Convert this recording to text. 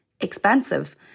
expensive